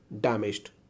damaged